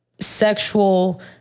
sexual